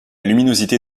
luminosité